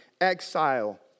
exile